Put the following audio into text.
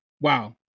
Wow